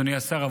אדוני השר,